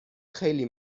خیلی